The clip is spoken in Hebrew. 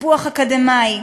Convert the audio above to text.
טיפוח אקדמי,